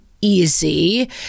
easy